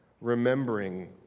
remembering